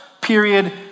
period